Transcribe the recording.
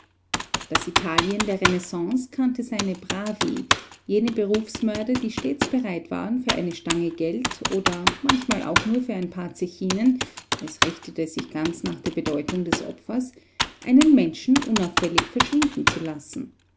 das italien der renaissance kannte seine bravi jene berufsmörder die stets bereit waren für eine stange geld oder manchmal auch nur ein paar zechinen es richtete sich ganz nach der bedeutung des opfers einen menschen unauffällig verschwinden zu lassen